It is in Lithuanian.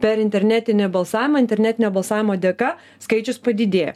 per internetinį balsavimą internetinio balsavimo dėka skaičius padidėjo